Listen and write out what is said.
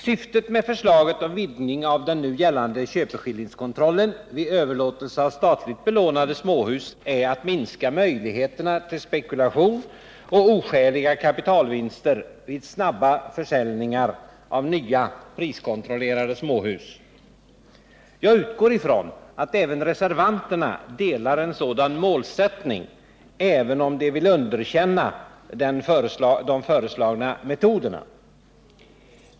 Syftet med förslaget om vidgning av den nu gällande köpeskillingskontrollen vid överlåtelse av statligt belånade småhus är att minska möjligheterna till spekulation och oskäliga kapitalvinster vid snabba försäljningar av nya, priskontrollerade småhus. Jag utgår ifrån att även reservanterna ansluter sig till en sådan målsättning, även om de vill underkänna de föreslagna metoderna.